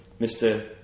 Mr